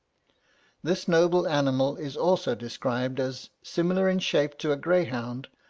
this noble animal is also described as similar in shape to a greyhound,